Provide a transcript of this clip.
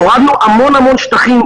הורדנו המון המון שטחים,